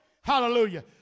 Hallelujah